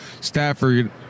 Stafford